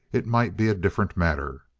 it might be a different matter.